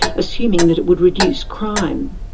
assuming that it would reduce crime.